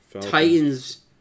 Titans